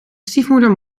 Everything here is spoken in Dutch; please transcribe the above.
stiefmoeder